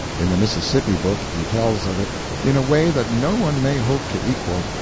in the mississippi book he tells of it in a way that no one may hope to equal,